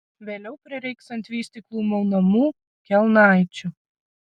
vėliau prireiks ant vystyklų maunamų kelnaičių